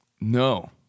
No